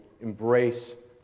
embrace